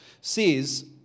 says